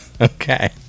Okay